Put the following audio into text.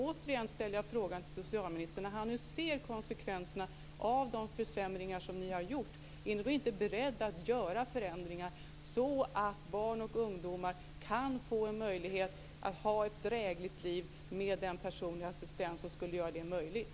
Återigen ställer jag frågan till socialministern: När han nu ser konsekvenserna av de försämringar som har gjorts, är han då inte beredd att göra förändringar så att barn och ungdomar kan få en möjlighet att ha ett drägligt liv med en personlig assistent som skulle göra det möjligt?